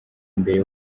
mbere